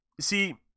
See